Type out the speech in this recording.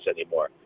anymore